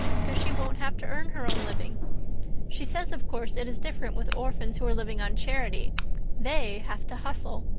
because she won't have to earn her own living she says of course it is different with orphans who are living on charity they have to hustle.